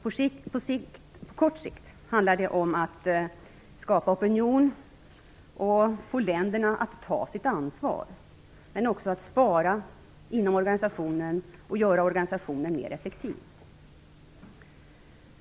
På kort sikt handlar det om att skapa opinion och få länderna att ta sitt ansvar, men också om att spara inom organisationen och göra organisationen mer effektiv.